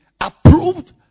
approved